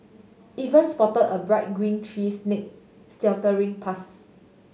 even spot a bright green tree snake slithering